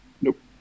Nope